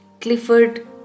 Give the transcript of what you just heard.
Clifford